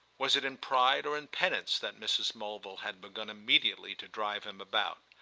was it in pride or in penance that mrs. mulville had begun immediately to drive him about?